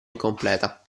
incompleta